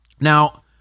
Now